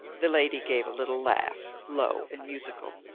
the lady gave a little laugh, low and musical.